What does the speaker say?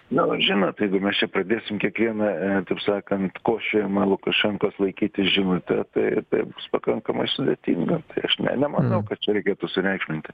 na žinot jeigu mes čia pradėsim kiekvieną taip sakant kosčiojimą lukašenkos laikyti žinute tai tai bus pakankamai sudėtinga aš ne nemanau kad čia reikėtų sureikšminti